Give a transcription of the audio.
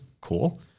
Cool